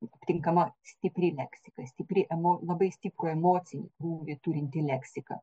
aptinkama stipriai leksika stipri emo labai stiprų emocinį krūvį turinti leksika